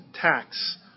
tax